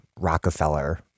Rockefeller